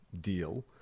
deal